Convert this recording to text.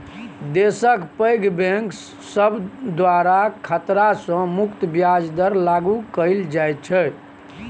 देशक पैघ बैंक सब द्वारा खतरा सँ मुक्त ब्याज दर लागु कएल जाइत छै